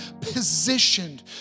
positioned